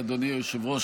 אדוני היושב-ראש,